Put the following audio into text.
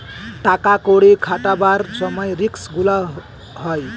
টাকা কড়ি খাটাবার সময় রিস্ক গুলো হয়